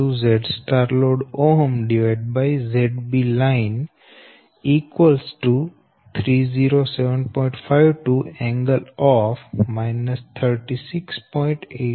845 pu તેથી Rseries 2